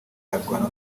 azarwana